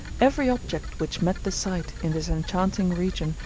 every object which met the sight, in this enchanting region,